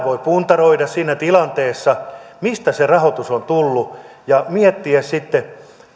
voi puntaroida siinä tilanteessa mistä se rahoitus on tullut ja miettiä sitten